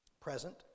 Present